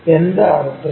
എന്തു അർത്ഥത്തിൽ